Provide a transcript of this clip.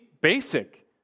basic